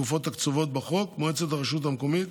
התקופות הקצובות בחוק, מועצת הרשות המקומית